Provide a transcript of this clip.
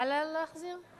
למה לא להחזיר את הצנזורה?